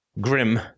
grim